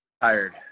tired